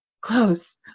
Close